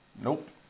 Nope